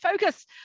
focus